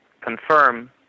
confirm